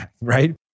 right